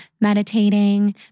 meditating